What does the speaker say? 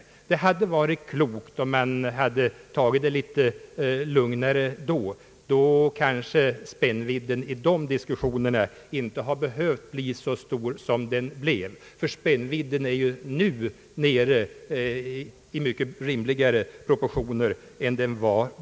Det hade varit klokt om man hade tagit det litet lugnare. Då hade kanske spännvidden vid dessa diskussioner inte behövt bli så stor som den blev, ty spännvidden är nu nere i rimligare proportioner än den då var.